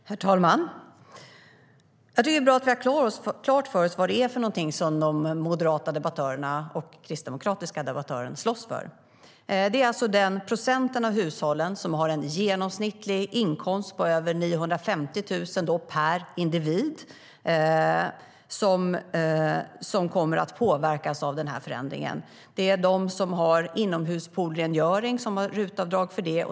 Herr talman! Jag tycker att det är bra att vi har klart för oss vad de moderata och kristdemokratiska debattörerna slåss för. Det är alltså den procent av hushållen som har en genomsnittlig årsinkomst på över 950 000 kronor per individ som kommer att påverkas av den här förändringen. Det är de som har RUT-avdrag för inomhuspoolsrengöring.